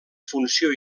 funció